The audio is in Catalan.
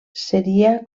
seria